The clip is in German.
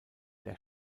der